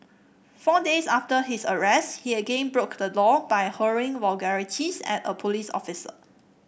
four days after his arrest he again broke the law by hurling vulgarities at a police officer